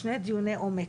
שני דיוני עומק,